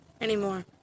anymore